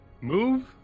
move